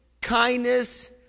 kindness